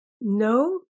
No